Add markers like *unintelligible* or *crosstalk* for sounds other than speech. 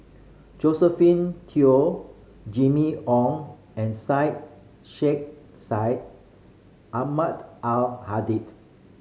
Josephine Teo Jimmy Ong and Syed Sheikh Syed Ahmad Al *unintelligible*